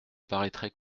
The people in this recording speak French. paraîtrait